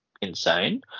insane